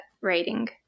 rating